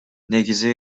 негизи